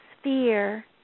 sphere